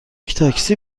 تاکسی